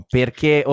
perché